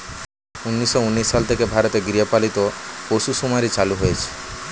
উন্নিশো উনিশ সাল থেকে ভারতে গৃহপালিত পশু শুমারি চালু হয়েছে